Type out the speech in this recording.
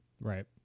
right